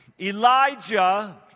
Elijah